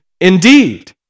indeed